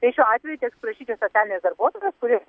tai šiuo atveju teks prašyti socialinės darbuotojos kuri